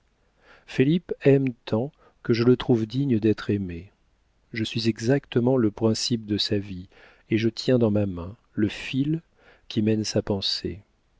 felipe aime tant que je le trouve digne d'être aimé je suis exactement le principe de sa vie et je tiens dans ma main le fil qui mène sa pensée